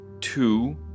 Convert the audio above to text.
two